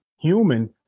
human